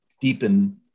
deepen